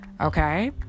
okay